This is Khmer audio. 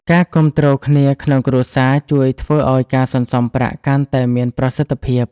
ការគាំទ្រគ្នាក្នុងគ្រួសារជួយធ្វើឱ្យការសន្សុំប្រាក់កាន់តែមានប្រសិទ្ធភាព។